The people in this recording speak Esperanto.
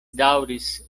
daŭris